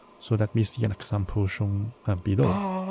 so let me see an example shown and below.